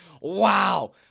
Wow